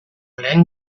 lehen